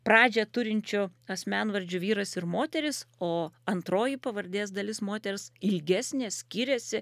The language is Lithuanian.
pradžią turinčiu asmenvardžiu vyras ir moteris o antroji pavardės dalis moters ilgesnė skiriasi